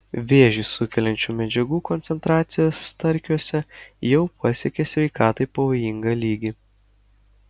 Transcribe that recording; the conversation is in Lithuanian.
vėžį sukeliančių medžiagų koncentracija starkiuose jau pasiekė sveikatai pavojingą lygį